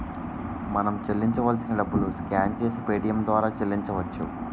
మనం చెల్లించాల్సిన డబ్బులు స్కాన్ చేసి పేటియం ద్వారా చెల్లించవచ్చు